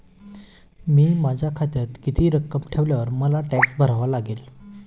मी माझ्या खात्यात किती रक्कम ठेवल्यावर मला टॅक्स भरावा लागेल?